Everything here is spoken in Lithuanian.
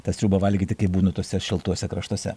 tą sriubą valgyti kai būnu tuose šiltuose kraštuose